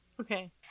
Okay